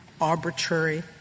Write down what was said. arbitrary